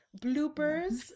bloopers